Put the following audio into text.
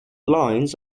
lines